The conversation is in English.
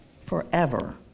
forever